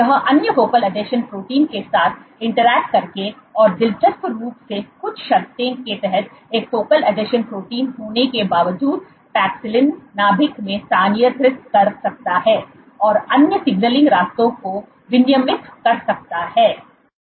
यह अन्य फोकल आसंजन प्रोटीन के साथ इंटरेक्ट करके और दिलचस्प रूप से कुछ शर्तों के तहत एक फोकल आसंजन प्रोटीन होने के बावजूद पैक्सिलिन नाभिक में स्थानांतरित कर सकता है और अन्य सिग्नलिंग रास्तों को विनियमित कर सकता है